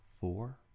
four